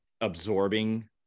absorbing